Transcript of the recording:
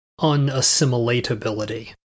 unassimilatability